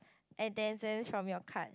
and ten cents from your card